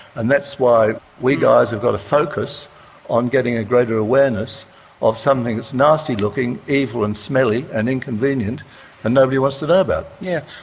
and that's why we guys have got to focus on getting a greater awareness of something that's nasty looking, evil and smelly and inconvenient and nobody wants to know ah about yeah